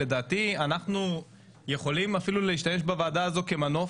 לדעתי אנחנו יכולים אפילו להשתמש בוועדה הזו כמנוף